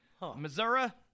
Missouri